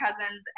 cousins